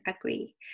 agree